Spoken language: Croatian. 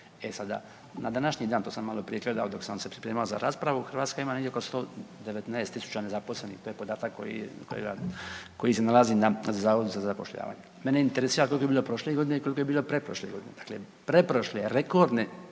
E sada, na današnji dan, to sam maloprije rekao da dok sam se pripremao za raspravu Hrvatska ima negdje oko 119.000 nezaposlenih, to je podatak koji, koji se nalazi na Zavodu za zapošljavanje. Mene interesira koliko je bilo prošle godine, koliko je bilo pretprošle godine. Dakle, pretprošle rekordne